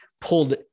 pulled